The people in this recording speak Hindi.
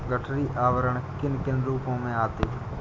गठरी आवरण किन किन रूपों में आते हैं?